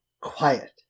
quiet